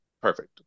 Perfect